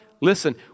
Listen